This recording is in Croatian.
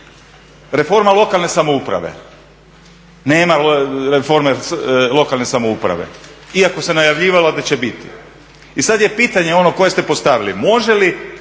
Reforma lokalne samouprave, nema reforme lokalne samouprave iako se najavljivalo da će biti. I sad je pitanje, ono koje ste postavili, može li